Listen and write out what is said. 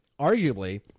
Arguably